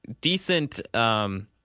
decent